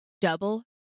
double